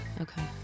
Okay